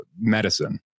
medicine